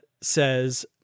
says